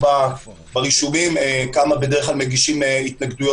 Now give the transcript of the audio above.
ברישומים כמה התנגדויות מגישים בדרך כלל.